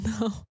no